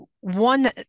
one